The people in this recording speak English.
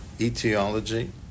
etiology